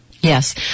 Yes